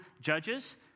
Judges